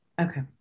Okay